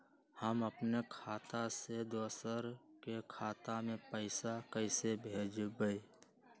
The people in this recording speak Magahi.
हम अपने खाता से दोसर के खाता में पैसा कइसे भेजबै?